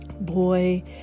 boy